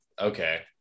Okay